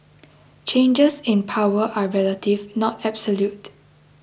changes in power are relative not absolute